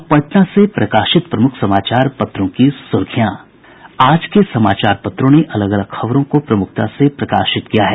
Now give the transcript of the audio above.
अब पटना से प्रकाशित प्रमुख समाचार पत्रों की सुर्खियां आज के समाचार पत्रों ने अलग अलग खबरों को प्रमुखता से प्रकाशित किया है